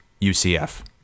UCF